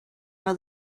how